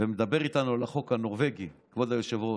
ומדבר איתנו על החוק הנורבגי, כבוד היושב-ראש.